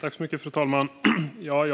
Fru talman! Jag